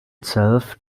itself